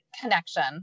connection